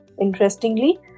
Interestingly